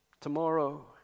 tomorrow